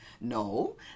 No